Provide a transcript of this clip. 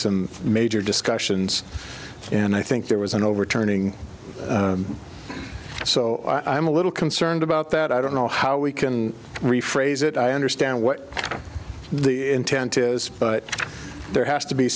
some major discussions and i think there was an overturning so i am a little concerned about that i don't know how we can rephrase it i understand what the intent is but there has to be